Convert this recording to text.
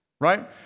right